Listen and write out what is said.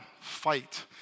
fight